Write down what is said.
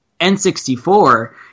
N64